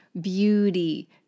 beauty